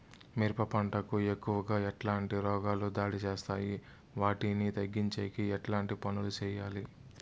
మిరప పంట కు ఎక్కువగా ఎట్లాంటి రోగాలు దాడి చేస్తాయి వాటిని తగ్గించేకి ఎట్లాంటి పనులు చెయ్యాలి?